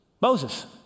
Moses